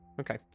Okay